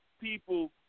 people